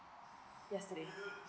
yesterday